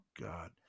God